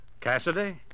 Cassidy